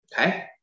Okay